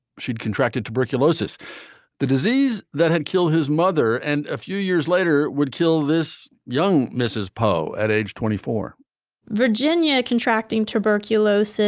she'd contracted tuberculosis the disease that had killed his mother and a few years later would kill this young mrs. poe at age twenty four point virginia contracting tuberculosis